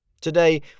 Today